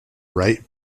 right